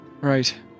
Right